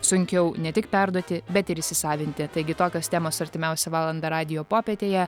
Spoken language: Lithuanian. sunkiau ne tik perduoti bet ir įsisavinti taigi tokios temos artimiausią valandą radijo popietėje